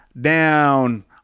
Down